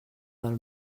del